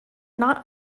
not